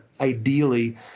Ideally